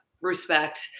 respect